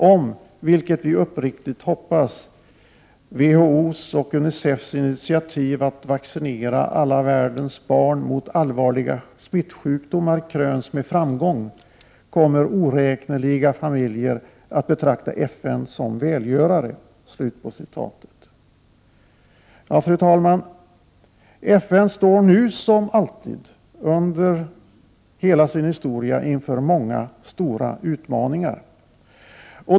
Om, vilket vi uppriktigt hoppas, WHO:s och UNICEF:s initiativ att vaccinera all världens barn mot allvarliga smittsjukdomar kröns med framgång kommer oräkneliga familjer att betrakta FN som en välgörare.” Fru talman! FN står nu som alltid i sin historia inför många stora utmaningar.